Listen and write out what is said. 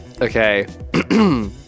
Okay